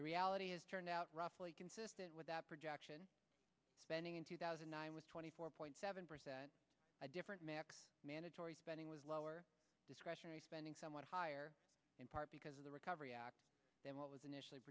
the reality is turned out roughly consistent with that projection spending in two thousand nine hundred twenty four point seven percent a different mandatory spending was lower discretionary spending somewhat higher in part because of the recovery act than what was initially